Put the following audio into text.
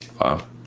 Wow